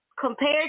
compared